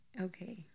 okay